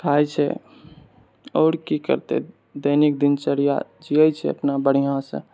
खाय छै आओर की करतै दैनिक दिनचर्या जीयै छै अपना बढ़िआँसँ